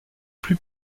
plus